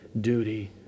duty